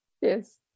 Yes